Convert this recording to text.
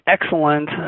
excellent